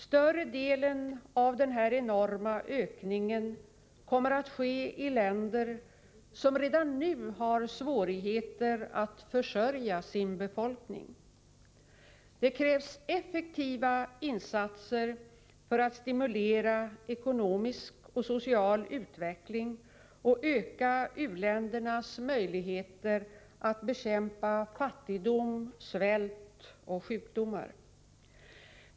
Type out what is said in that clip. Större delen av denna enorma ökning kommer att ske i länder som redan nu har svårigheter att försörja sin befolkning. Det krävs effektiva insatser för att stimulera ekonomisk och social utveckling och öka u-ländernas möjligheter att bekämpa fattigdom, svält och sjukdomar.